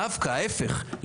דווקא ההפך,